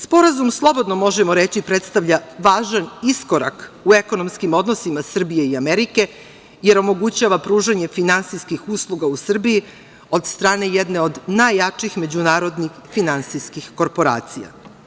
Sporazum, slobodno možemo reći, predstavlja važan iskorak u ekonomskim odnosima Srbije i Amerike, jer omogućava pružanje finansijskih usluga u Srbiji od strane jedne od najjačih međunarodnih finansijskih korporacija.